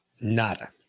Nada